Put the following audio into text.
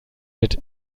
wird